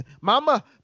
Mama